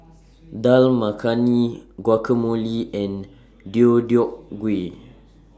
Dal Makhani Guacamole and Deodeok Gui